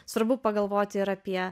svarbu pagalvoti ir apie